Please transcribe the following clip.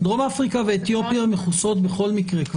דרום אפריקה ואתיופיה מכוסות בכל מקרה,